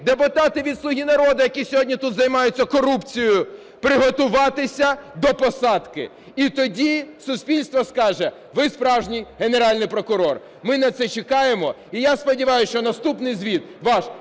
депутати від "Слуги народу", які сьогодні тут займаються корупцією – приготуватися до посадки. І тоді суспільство скаже: "Ви справжній Генеральний прокурор!" Ми на це чекаємо і я сподіваюсь, що наступний звіт ваш